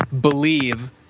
believe